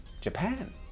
Japan